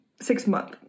Six-month